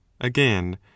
again